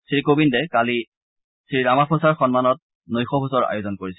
শ্ৰীকোবিন্দে কালি শ্ৰীৰামাফোচাৰ সন্মানত নৈশভোজৰ আয়োজন কৰিছিল